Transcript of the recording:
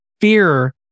fear